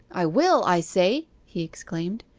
i will, i say he exclaimed.